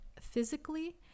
physically